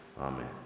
amen